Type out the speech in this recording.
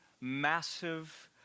massive